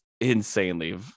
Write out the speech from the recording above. insanely